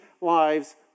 lives